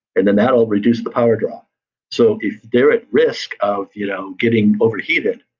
and then that will reduce the power drop so if they're at risk of you know getting overheated,